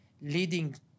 leading